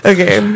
Okay